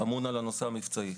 אמון על הנושא המבצעי.